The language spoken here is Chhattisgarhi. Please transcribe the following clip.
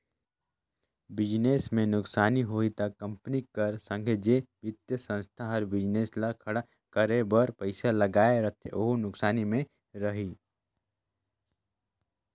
बिजनेस में नुकसानी होही ता कंपनी कर संघे जेन बित्तीय संस्था हर बिजनेस ल खड़ा करे बर पइसा लगाए रहथे वहूं नुकसानी में रइही